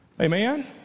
Amen